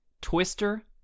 Twister